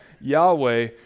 Yahweh